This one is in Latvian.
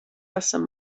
esam